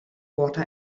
water